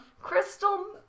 Crystal